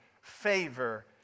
favor